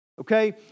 Okay